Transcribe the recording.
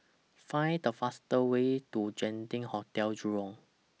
Find The fastest Way to Genting Hotel Jurong